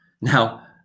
Now